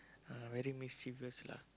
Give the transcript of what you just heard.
I very mischievous lah